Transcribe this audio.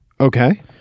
Okay